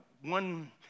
one